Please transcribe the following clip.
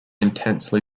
intensely